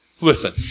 listen